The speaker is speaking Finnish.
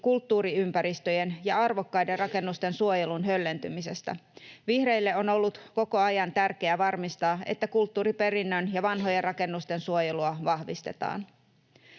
kulttuuriympäristöjen ja arvokkaiden rakennusten suojelun höllentymisestä. Vihreille on ollut koko ajan tärkeää varmistaa, että kulttuuriperinnön ja vanhojen rakennusten suojelua vahvistetaan.